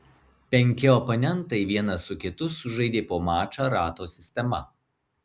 penki oponentai vienas su kitu sužaidė po mačą rato sistema